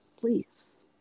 please